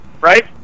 right